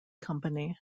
company